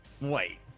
Wait